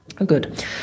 Good